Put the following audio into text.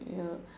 ya